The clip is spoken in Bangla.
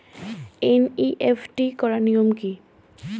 এন.ই.এফ.টি করার নিয়ম কী?